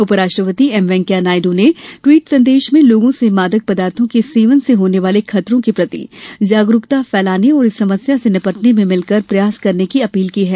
उप राष्ट्रपति एम वेंकैया नायड्र ने ट्वीट संदेश में लोगों से मादक पदार्थों के सेवन से होने वाले खतरों के प्रति जागरुकता फैलाने और इस समस्या से निपटने में मिलकर प्रयास करने की अपील की है